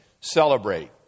celebrate